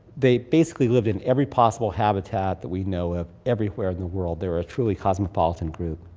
they basically lived in every possible habitat that we know of, everywhere in the world, they're a truly cosmopolitan group.